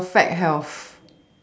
perfect health